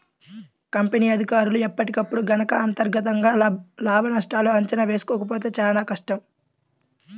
company అధికారులు ఎప్పటికప్పుడు గనక అంతర్గతంగా లాభనష్టాల అంచనా వేసుకోకపోతే చానా కష్టం